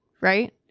Right